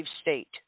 state